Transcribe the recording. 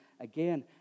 again